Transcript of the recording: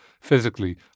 physically